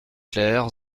clair